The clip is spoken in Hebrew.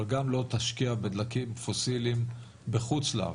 אבל גם לא תשקיע בדלקים פוסיליים בחו"ל.